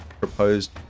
proposed